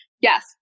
yes